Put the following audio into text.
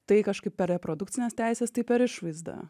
tai kažkaip per reprodukcines teises tai per išvaizdą